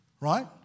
right